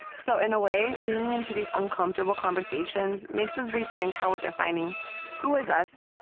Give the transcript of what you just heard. so in a way, leaning into these uncomfortable conversations makes us rethink how we're defining who is us,